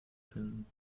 finden